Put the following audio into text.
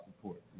support